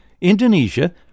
Indonesia